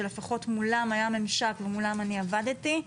שלפחות מולם היה מימשק ומולם אני עבדתי,